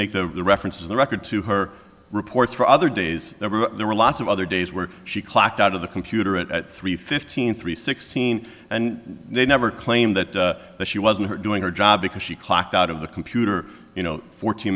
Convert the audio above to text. make the reference of the record to her reports for other days there were lots of other days where she clocked out of the computer at three fifteen three sixteen and they never claim that she wasn't doing her job because she clocked out of the computer you know fourteen